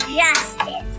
justice